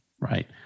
Right